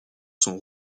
son